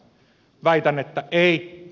väitän että ei